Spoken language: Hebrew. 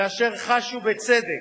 ואשר חשו, בצדק,